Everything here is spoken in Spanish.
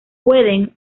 pueden